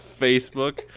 Facebook